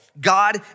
God